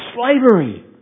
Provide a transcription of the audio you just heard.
slavery